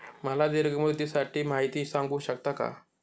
मला दीर्घ मुदतीसाठी माहिती सांगू शकता का?